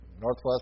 Northwest